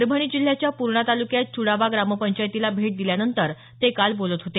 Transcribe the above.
परभणी जिल्ह्याच्या पूर्णा तालुक्यात चूडावा ग्रामपंचायतीला भेट दिल्यानंतर काल ते बोलत होते